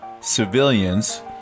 civilians